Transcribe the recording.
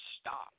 stop